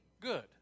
good